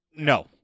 No